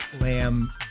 Lamb